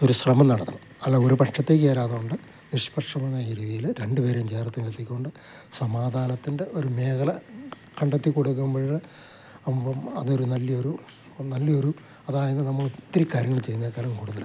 ഒരു ശ്രമം നടത്തണം അല്ല ഒരു പക്ഷത്തേക്ക് ചേരാതെ കൊണ്ട് നിഷ്പക്ഷമായ രീതിയിൽ രണ്ട് പേരേം ചേർത്തി നിർത്തിക്കൊണ്ട് സമാധാനത്തിൻ്റെ ഒരു മേഖല കണ്ടെത്തി കൊടുക്കുമ്പോൾ ആവുമ്പം അതൊരു നല്ലയൊരു നല്ലയൊരു അതായത് നമ്മൾ ഒത്തിരി കാര്യങ്ങൾ ചെയ്യുന്നേക്കാളും കൂടുതലായിരിക്കും